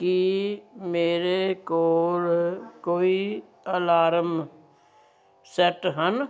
ਕੀ ਮੇਰੇ ਕੋਲ ਕੋਈ ਅਲਾਰਮ ਸੈੱਟ ਹਨ